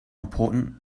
important